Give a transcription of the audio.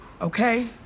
okay